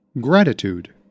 Gratitude